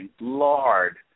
Lord